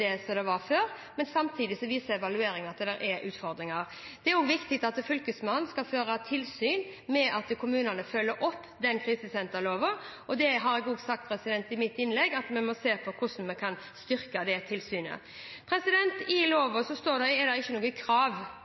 et bedre tilbud enn de hadde før, men samtidig viser evalueringen at det er utfordringer. Det er også viktig at Fylkesmannen fører tilsyn med at kommunene følger opp krisesenterloven, og jeg har sagt i mitt innlegg at vi må se på hvordan vi kan styrke det tilsynet. I loven er det ikke noe krav